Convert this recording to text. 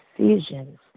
decisions